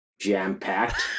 jam-packed